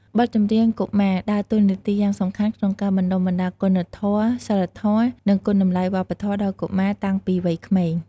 បទចម្រៀងកុមារដើរតួនាទីយ៉ាងសំខាន់ក្នុងការបណ្ដុះបណ្ដាលគុណធម៌ សីលធម៌ និងគុណតម្លៃវប្បធម៌ដល់កុមារតាំងពីវ័យក្មេង។